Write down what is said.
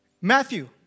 Matthew